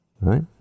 right